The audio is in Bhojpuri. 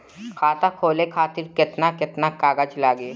खाता खोले खातिर केतना केतना कागज लागी?